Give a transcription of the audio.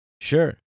sure